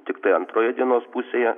tiktai antroje dienos pusėje